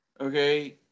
okay